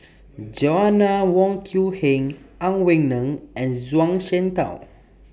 Joanna Wong Quee Heng Ang Wei Neng and Zhuang Shengtao